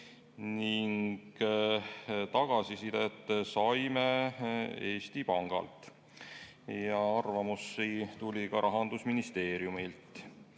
Tagasisidet saime Eesti Pangalt ja arvamusi tuli ka Rahandusministeeriumilt.